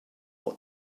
what